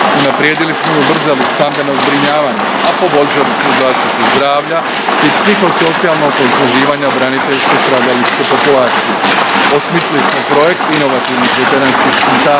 Unaprijedili smo i ubrzali stambeno zbrinjavanje, a poboljšali smo zaštitu zdravlja i psihosocijalnog osnaživanja braniteljsko-stradalničke populacije. Osmislili smo projekt inovativnih veteranskih centara